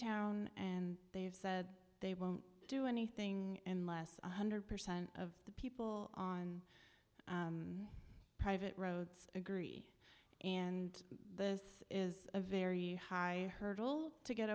town and they've said they won't do anything unless one hundred percent of the people on private roads agree and this is a very high hurdle to get